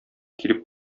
килеп